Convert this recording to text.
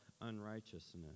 unrighteousness